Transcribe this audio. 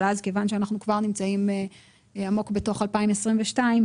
אבל כיוון שאנחנו כבר נמצאים עמוק בתוך 2022,